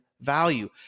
value